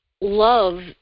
love